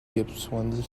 gippsland